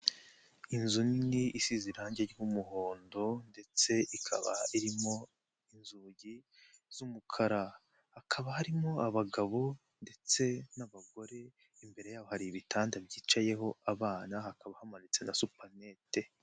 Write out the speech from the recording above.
Inzu nini isize irangi ry'umuhondo ndetse ikaba irimo inzugi z'umukara, hakaba harimo abagabo ndetse n'abagore, imbere yaboho hari ibitanda byicayeho abana, hakaba hamanitse na supanete.